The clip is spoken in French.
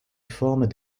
forment